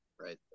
right